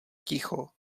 ticho